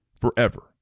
forever